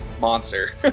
monster